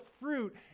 fruit